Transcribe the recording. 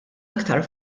iktar